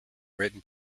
written